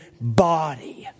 body